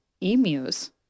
emus